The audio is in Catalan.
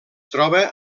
troba